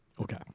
Okay